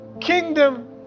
kingdom